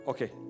Okay